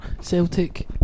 Celtic